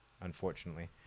Unfortunately